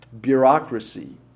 bureaucracy